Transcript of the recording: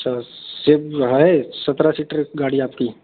अच्छा रहा है सत्रह सीटर गाड़ी है आपकी